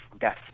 death